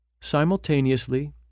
Simultaneously